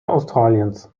australiens